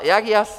Jak jasně?